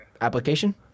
Application